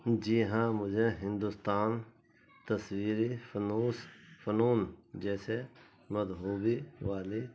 جی ہاں مجھے ہندوستان تصویری فنوس فنون جیسے مذہبی والی